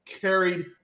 Carried